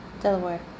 Delaware